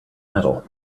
medal